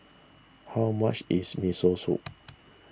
how much is Miso Soup